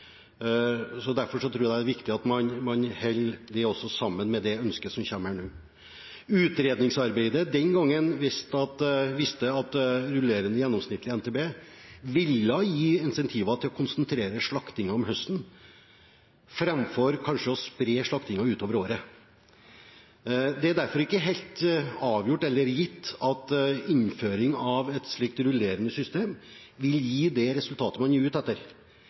tror jeg det er viktig at man holder også dette sammen med det ønsket som kommer her nå. Utredningsarbeidet den gangen viste at rullerende gjennomsnittlig MTB ville gi incentiver til å konsentrere slaktingen om høsten, framfor å spre slaktingen utover året. Det er derfor ikke gitt at innføring av et slikt rullerende system vil gi det resultatet man er ute etter,